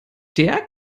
der